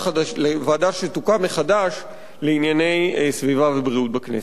לוועדה לענייני סביבה ובריאות שתוקם מחדש בכנסת.